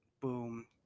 boom